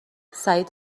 سعید